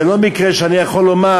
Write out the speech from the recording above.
זה לא מקרה שאני יכול לומר: